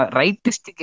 rightist